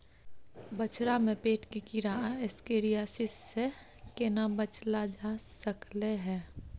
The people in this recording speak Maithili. बछरा में पेट के कीरा आ एस्केरियासिस से केना बच ल जा सकलय है?